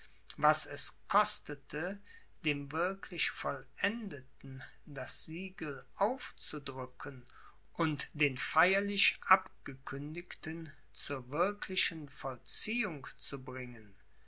was es kostete dem wirklich vollendeten das siegel aufzudrücken und den feierlich abgekündigten zur wirklichen vollziehung zu bringen